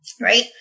right